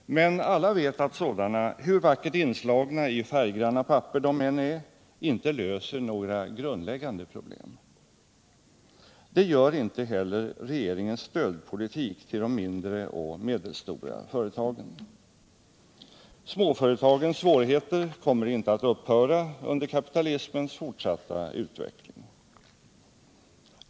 Men alla vet att sådana, hur vackert inslagna i färggranna papper de än är, inte löser några grundläggande problem. Det gör heller inte regeringens stödpolitik till de mindre och medelstora företagen. Småföretagens svårigheter kommer inte att upphöra under kapitalismens fortsatta utveckling.